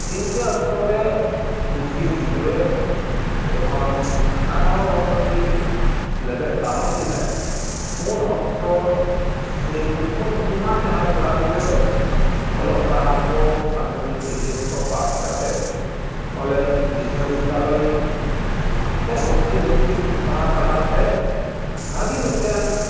ᱤᱱᱠᱟᱹ ᱚᱠᱛᱚᱨᱮ ᱩᱱᱠᱤᱱ ᱜᱤᱫᱽᱨᱟᱹ ᱡᱚᱠᱷᱚᱱ ᱟᱴᱷᱟᱨᱚ ᱵᱚᱛᱥᱚᱨᱠᱤᱱ ᱞᱮᱵᱮᱫ ᱯᱟᱨᱚᱢ ᱠᱮᱫᱟ ᱩᱱ ᱚᱠᱛᱚ ᱩᱱᱤ ᱠᱩᱠᱢᱩ ᱧᱩᱛᱩᱢᱟᱱ ᱡᱟᱦᱟᱸᱭ ᱠᱚᱲᱟ ᱜᱤᱫᱽᱨᱟᱹᱫᱚ ᱚᱞᱚᱜ ᱯᱟᱲᱦᱟᱣᱠᱚ ᱢᱟᱫᱽᱫᱷᱚᱢᱤᱠ ᱮᱭᱤᱪ ᱮᱹᱥ ᱠᱚ ᱯᱟᱥ ᱠᱟᱛᱮ ᱠᱚᱞᱮᱡᱽ ᱵᱤᱥᱥᱚᱵᱤᱫᱽᱫᱟᱞᱚᱭ ᱥᱮ ᱵᱷᱚᱨᱛᱤ ᱵᱷᱚᱨᱛᱤ ᱯᱟᱲᱦᱟᱣ ᱯᱟᱲᱦᱟᱣᱛᱮ ᱵᱷᱟᱜᱮ ᱢᱤᱫᱴᱮᱱ